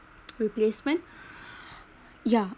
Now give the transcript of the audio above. replacement yeah